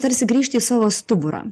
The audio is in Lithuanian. tarsi grįžti į savo stuburą